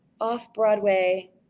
off-Broadway